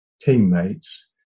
teammates